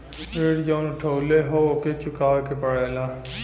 ऋण जउन उठउले हौ ओके चुकाए के पड़ेला